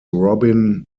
robin